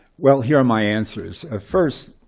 well, here are my answers. ah first,